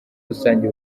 rusange